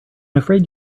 afraid